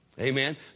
Amen